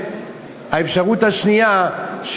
האפשרות השנייה,